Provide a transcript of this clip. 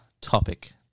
topic